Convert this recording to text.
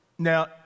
Now